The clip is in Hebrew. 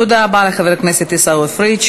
תודה רבה לחבר הכנסת עיסאווי פריג'.